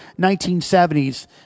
1970s